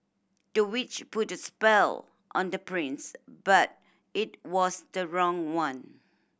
the witch put a spell on the prince but it was the wrong one